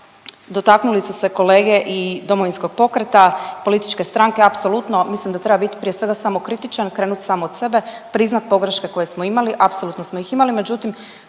dotaknuli su se kolege i DP-a i političke stranke. Apsolutno mislim da treba bit prije svega samokritičan, krenut sam od sebe, priznat pogreške koje smo imali, apsolutno smo ih imali, međutim